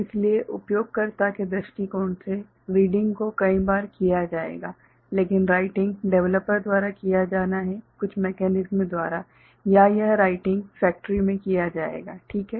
इसलिए उपयोगकर्ता के दृष्टिकोण से रीडिंग को कई बार किया जाएगा लेकिन राइटिंग डेवलपर द्वारा किया जाना है कुछ मेकेनिस्म द्वारा या यह राइटिंग फ़ैक्टरी में किया जाएगा ठीक है